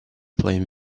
playing